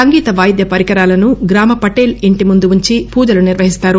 సంగీత వాయిద్య పరికరాలను గ్రామ పటేల్ ఇంటి ముందు ఉంచి పూజలు నిర్వహిస్తారు